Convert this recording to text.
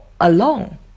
alone